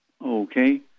Okay